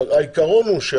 העיקרון הוא,